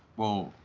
well,